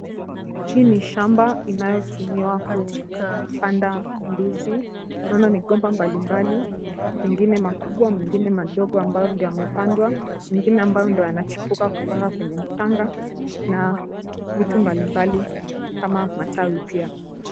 Hii ni shamba inayotumiwa kupanda ndizi. Naona migomba mbalimbali mengine makubwa mengine madogo ambayo ndiyo yamepandwa, mengine ambayo ndio yanachipuka kutoka kwenye mchanga na vitu mbalimbali kama matawi pia.